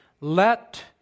Let